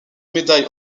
médaille